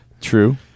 True